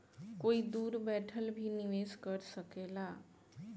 कोई दूर बैठल भी निवेश कर सकेला